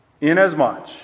Inasmuch